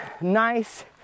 nice